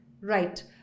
Right